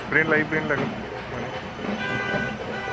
brand लायै ब्रेन्ड लागोन माने